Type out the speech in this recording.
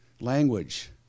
language